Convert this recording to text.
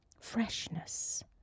freshness